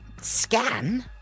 Scan